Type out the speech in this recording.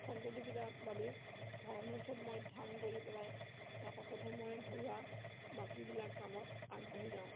সন্ততিকিটাৰ বাবে ভগাৱানৰ ওচৰত মই ধ্যান কৰি পেলাই তাৰপাছতহে মই ঘৰুৱা বাকীবিলাক কামত আগবাঢ়ি যাওঁ